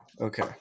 Okay